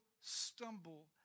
stumble